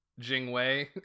Jingwei